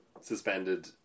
Suspended